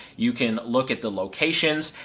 you can look at the locations,